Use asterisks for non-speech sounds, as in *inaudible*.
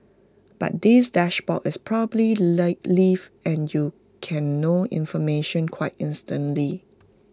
but this dashboard is probably *unintelligible* live and you can know information quite instantly